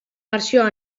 versió